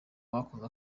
bakoze